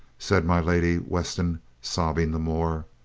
said my lady weston, sobbing the more.